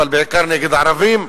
אבל בעיקר נגד ערבים.